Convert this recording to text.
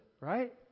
Right